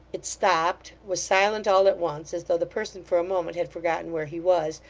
it stopped was silent all at once, as though the person for a moment had forgotten where he was,